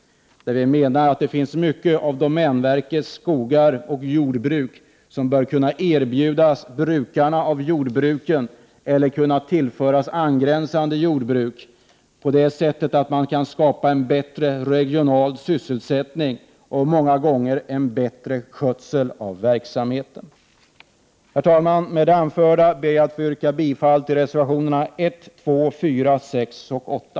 Vi menar att stora delar av domänverkets skogar och jordbruk bör kunna erbjudas brukarna eller tillföras angränsande jordbruk, så att man kan skapa en bättre regional sysselsättning och många gånger få en bättre skötsel av verksamheten. Herr talman! Med det anförda ber jag att få yrka bifall till reservationerna 1, 2,4, 6 och 8.